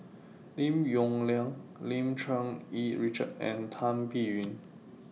Lim Yong Liang Lim Cherng Yih Richard and Tan Biyun